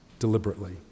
deliberately